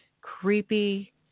creepy